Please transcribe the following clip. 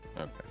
okay